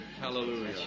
Hallelujah